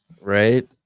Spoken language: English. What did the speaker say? Right